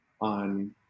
on